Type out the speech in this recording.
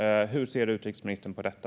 Hur ser utrikesministern på detta?